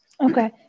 okay